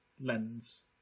lens